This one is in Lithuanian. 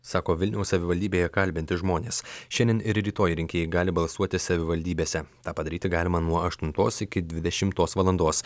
sako vilniaus savivaldybėje kalbinti žmonės šiandien ir rytoj rinkėjai gali balsuoti savivaldybėse tą padaryti galima nuo aštuntos iki dvidešimtos valandos